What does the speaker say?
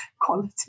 quality